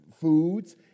foods